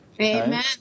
Amen